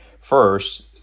First